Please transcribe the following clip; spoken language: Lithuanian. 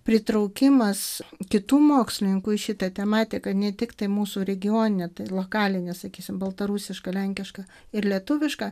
pritraukimas kitų mokslininkų į šitą tematiką ne tiktai mūsų regioninę tą lokalinę sakysim baltarusiška lenkiška ir lietuviška